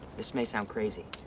this may sound crazy,